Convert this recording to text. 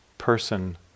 person